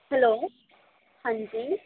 hello ਹਾਂਜੀ